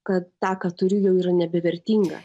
kad tą ką turiu jau yra nebevertinga